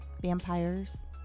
vampires